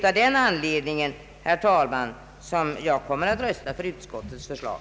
Av den anledningen, herr talman, kommer jag att rösta för utskottets förslag.